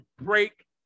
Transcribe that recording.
break